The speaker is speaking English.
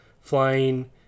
flying